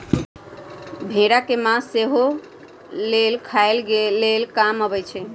भेड़ा के मास सेहो लेल खाय लेल काम अबइ छै